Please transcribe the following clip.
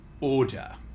order